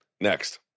next